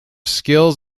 skills